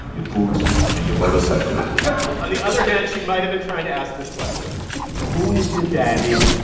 your boots and your motorcycle on the other hand, she might have been trying to ask this question who is your daddy,